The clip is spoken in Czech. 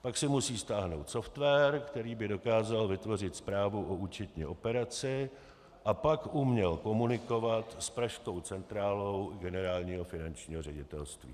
Pak si musí stáhnout software, který by dokázal vytvořit zprávu o účetní operaci a pak uměl komunikovat s pražskou centrálou Generálního finančního ředitelství.